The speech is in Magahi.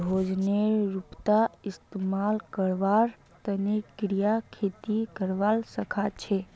भोजनेर रूपत इस्तमाल करवार तने कीरा खेती करवा सख छे